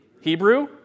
Hebrew